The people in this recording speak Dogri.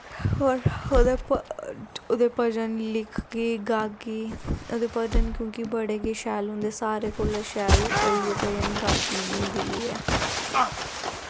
और ओह्दे बाद ओह्दे भजन लिखगी गागी उदे भजन क्युंकि बड़े के शैल होंदे सारें कोलां शैल ओइयो भजन गांदी ऐ